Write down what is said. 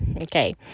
okay